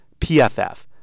PFF